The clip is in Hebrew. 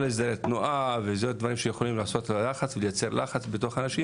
כל הסדרי התנועה זה דברים שיכולים לייצר לחץ לאנשים,